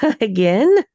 again